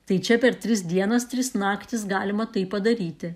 tai čia per tris dienas tris naktis galima tai padaryti